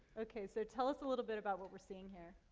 okay, so tell us a little bit about what we're seeing here.